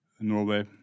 Norway